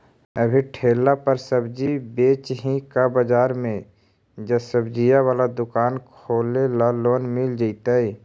अभी ठेला पर सब्जी बेच ही का बाजार में ज्सबजी बाला दुकान खोले ल लोन मिल जईतै?